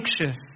anxious